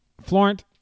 Florent